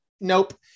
nope